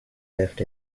left